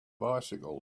bicycles